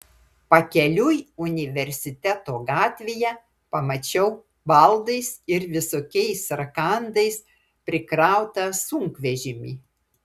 pakeliui universiteto gatvėje pamačiau baldais ir visokiais rakandais prikrautą sunkvežimį